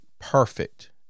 perfect